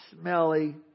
smelly